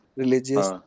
religious